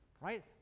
right